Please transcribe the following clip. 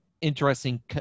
interesting